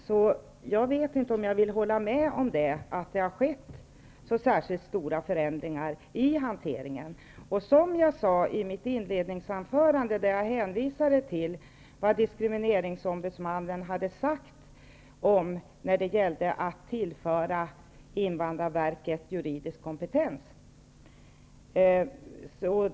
Jag vet därför inte om jag kan hålla med om att det har skett särskilt stora förändringar i hanteringen. I mitt inledningsanförande hänvisade jag till vad diskrimineringingsombudsmannen hade sagt när det gällde att tillföra invandrarverket juridisk kompetens.